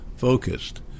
Focused